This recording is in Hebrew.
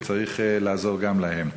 וצריך לעזור גם להם.